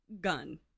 gun